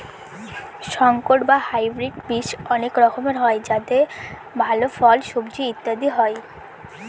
সংকর বা হাইব্রিড বীজ অনেক রকমের হয় যাতে ভাল ফল, সবজি ইত্যাদি হয়